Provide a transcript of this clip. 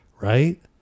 Right